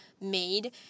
made